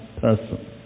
person